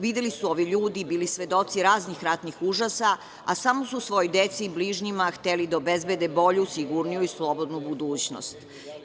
Videli su ovi ljudi i bili svedoci raznih ratnih užasa, a samo su svojoj deci i bližnjima hteli da obezbede bolju, sigurniju i slobodnu budućnost.